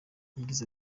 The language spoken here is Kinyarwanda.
yagize